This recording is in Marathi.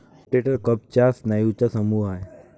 रोटेटर कफ चार स्नायूंचा समूह आहे